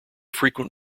frequent